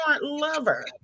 lover